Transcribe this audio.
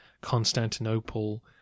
Constantinople